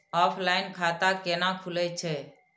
Offline खाता कैना खुलै छै?